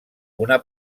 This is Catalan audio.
una